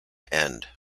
end